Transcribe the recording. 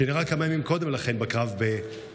שנהרג כמה ימים קודם לכן בקרב בעזה.